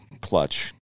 clutch